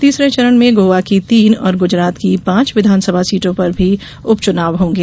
तीसरे चरण में गोवा की तीन और गुजरात की पांच विधानसभा सीटों पर उपचुनाव भी होंगे